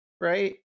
right